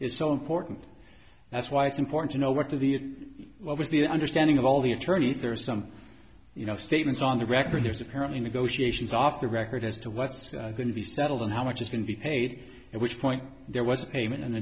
is so important that's why it's important to know what are the what was the understanding of all the attorneys there are some you know statements on the record there's apparently negotiations off the record as to what's going to be settled and how much is going to be paid at which point there was a payment an